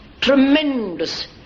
tremendous